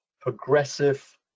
progressive